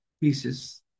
pieces